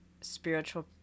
spiritual